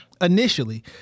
initially